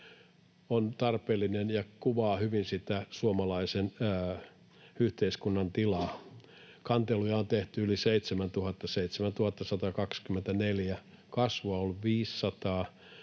on tarpeellinen ja kuvaa hyvin suomalaisen yhteiskunnan tilaa. Kanteluja on tehty yli 7 000, 7 124. Kasvua on 500,